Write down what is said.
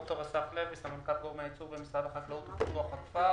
אני סמנכ"ל גורמי הייצור במשרד החקלאות ופיתוח הכפר.